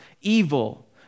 evil